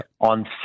on